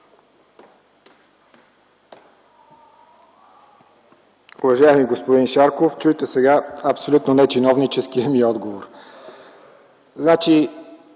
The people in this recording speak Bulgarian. Уважаеми господин Шарков, чуйте сега абсолютно нечиновническия ми отговор.